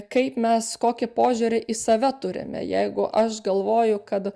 kaip mes kokį požiūrį į save turime jeigu aš galvoju kad